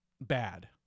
bad